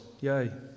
Yay